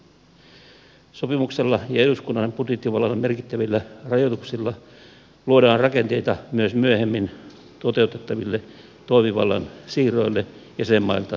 sopimuksella ja eduskunnan budjettivallan merkittävillä rajoituksilla luodaan rakenteita myös myöhemmin toteutettaville toimivallan siirroille jäsenmailta unionille